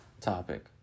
topic